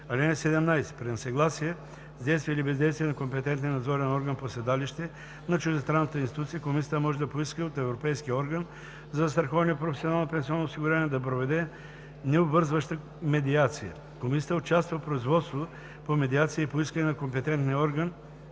(17) При несъгласие с действие или бездействие на компетентния надзорен орган по седалище на чуждестранната институция комисията може да поиска от Европейския орган за застраховане и професионално пенсионно осигуряване да проведе необвързваща медиация. Комисията участва в производство по медиация и по искане на компетентния